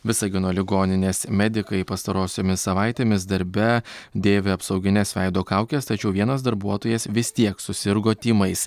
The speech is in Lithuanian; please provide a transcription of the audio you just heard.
visagino ligoninės medikai pastarosiomis savaitėmis darbe dėvi apsaugines veido kaukes tačiau vienas darbuotojas vis tiek susirgo tymais